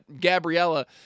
Gabriella